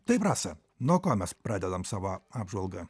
taip rasa nuo ko mes pradedam savo apžvalgą